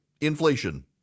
Inflation